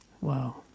wow